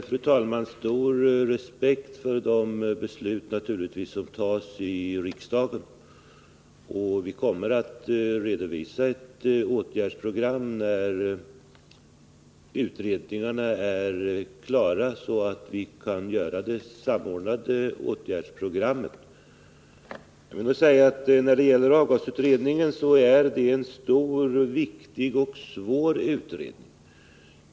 Fru talman! Jag har naturligtvis stor respekt för de beslut som fattas i riksdagen. Vi kommer att redovisa ett samordnat åtgärdsprogram när utredningarna är klara. Avgasutredningen är en stor, viktig och svår utredning.